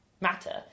matter